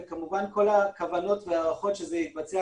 כמובן כל הכוונות וההערכות שזה יתבצע